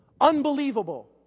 Unbelievable